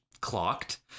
clocked